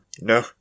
No